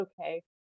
okay